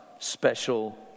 special